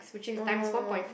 oh no